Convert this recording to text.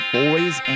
boys